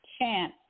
chance